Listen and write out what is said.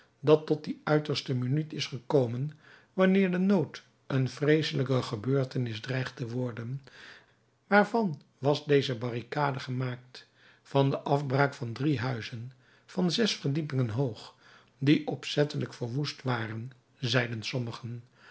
dat tot die uiterste minuut is gekomen wanneer de nood een vreeselijke gebeurtenis dreigt te worden waarvan was deze barricade gemaakt van de afbraak van drie huizen van zes verdiepingen hoog die opzettelijk verwoest waren zeiden sommigen